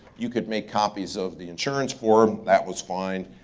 you could make copies of the insurance form. that was fine.